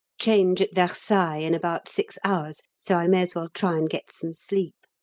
change at versailles in about six hours, so i may as well try and get some sleep.